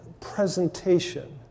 presentation